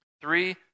Three